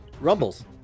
Rumbles